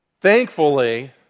thankfully